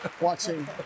watching